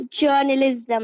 journalism